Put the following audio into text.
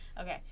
okay